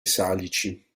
salici